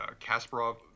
kasparov